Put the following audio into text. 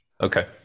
okay